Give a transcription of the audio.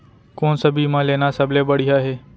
कोन स बीमा लेना सबले बढ़िया हे?